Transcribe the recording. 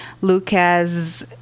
Lucas